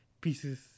pieces